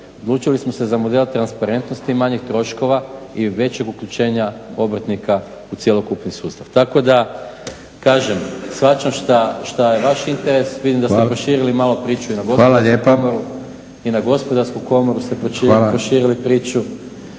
odlučili smo se za model transparentnosti i manjih troškova i većeg uključenja obrtnika u cjelokupni sustav. Tako da kažem, shvaćam šta je vaš interes. Vidim da ste proširili malo priču i na Gospodarsku komoru ste proširili priču.